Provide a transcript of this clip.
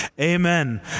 Amen